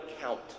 count